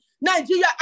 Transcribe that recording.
Nigeria